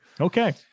Okay